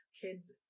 kids